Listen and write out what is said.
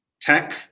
tech